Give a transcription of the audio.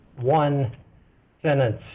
one-sentence